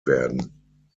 werden